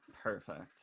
Perfect